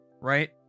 right